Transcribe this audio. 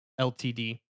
LTD